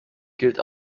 gilt